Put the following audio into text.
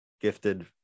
gifted